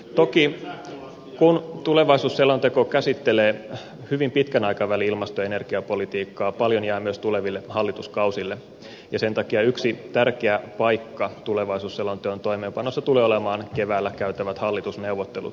toki kun tulevaisuusselonteko käsittelee hyvin pitkän aikavälin ilmasto ja energiapolitiikkaa paljon jää myös tuleville hallituskausille ja sen takia yksi tärkeä paikka tulevaisuusselonteon toimeenpanossa tulee olemaan keväällä käytävät hallitusneuvottelut